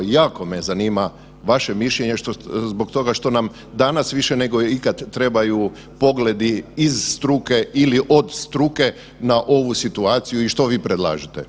Jako me zanima vaše mišljenje zbog toga što nam danas više nego ikad trebaju pogledi iz struke ili od struke na ovu situaciju i što vi predlažete?